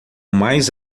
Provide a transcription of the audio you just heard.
mais